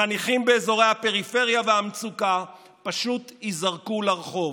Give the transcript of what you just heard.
החניכים באזורי הפריפריה והמצוקה פשוט ייזרקו לרחוב.